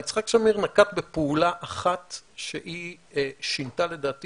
יצחק שמיר נקט בפעולה אחת שהיא שינתה לדעתי